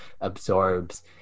absorbs